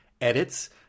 edits